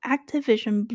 Activision